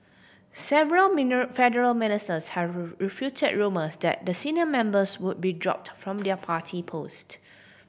several federal ministers have refuted rumours that the senior members would be dropped from their party post